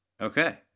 Okay